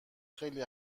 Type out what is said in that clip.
خیلی